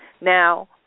Now